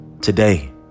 today